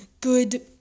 good